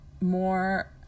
more